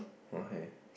okay